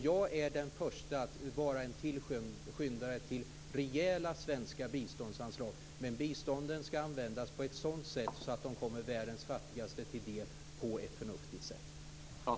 Jag är den förste att vara tillskyndare till rejäla svenska biståndsanslag men biståndet ska användas på ett sådant sätt att det kommer världens fattigaste till del på ett förnuftigt sätt.